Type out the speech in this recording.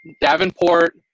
Davenport